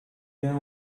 can